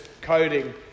coding